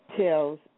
tells